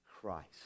Christ